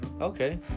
Okay